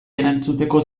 erantzuteko